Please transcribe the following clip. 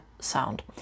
sound